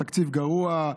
התקציב גרוע,